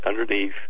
underneath